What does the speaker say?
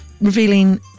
revealing